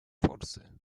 forsy